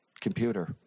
computer